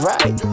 Right